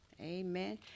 Amen